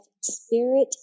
spirit